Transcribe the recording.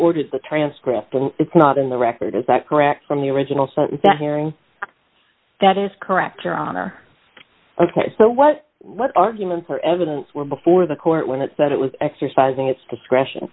ordered the transcript it's not in the record is that correct from the original so that hearing that is correct your honor ok so what what argument for evidence were before the court when it said it was exercising its discretion